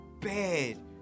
bad